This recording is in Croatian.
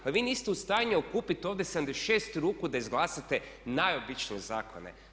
Pa vi niste u stanju okupiti ovdje 76 ruku da izglasate najobičnije zakone.